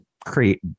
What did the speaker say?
create